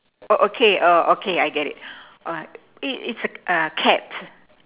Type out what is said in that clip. oh okay oh okay I get it uh it is a cat